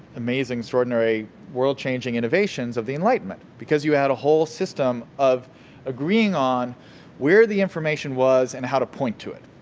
amazing, extraordinary, world-changing innovations of the enlightenment, because you had a whole system of agreeing on where the information was and how to point to it,